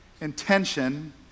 intention